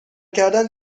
کردن